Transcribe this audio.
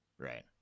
Right